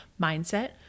Mindset